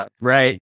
Right